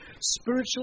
spiritual